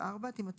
יימצא